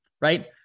right